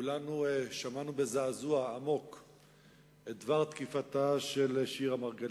כולנו שמענו בזעזוע עמוק את דבר תקיפתה של שירה מרגלית.